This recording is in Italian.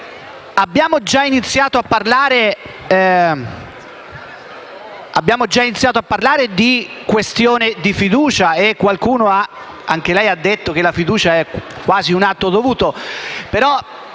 Abbiamo già iniziato a parlare di questioni di fiducia e qualcuno - anche lei - ha detto che è quasi un atto dovuto.